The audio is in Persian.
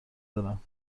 دارم